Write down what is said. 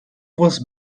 вас